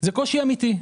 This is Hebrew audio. זה קושי אמיתי.